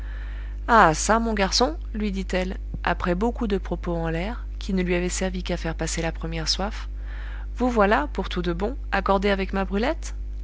ah ça mon garçon lui dit-elle après beaucoup de propos en l'air qui ne lui avaient servi qu'à faire passer la première soif vous voilà pour tout de bon accordé avec ma brulette